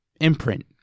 imprint